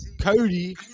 Cody